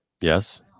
Yes